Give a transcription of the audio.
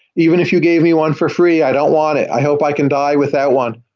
even if you gave me one for free, i don't want it. i hope i can die with that one.